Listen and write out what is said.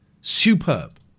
superb